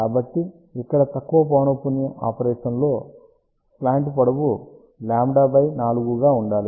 కాబట్టి ఇక్కడ తక్కువ పౌనఃపున్య ఆపరేషన్ లో స్లాంట్ పొడవు λ 4 గా ఉండాలి